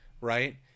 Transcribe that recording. right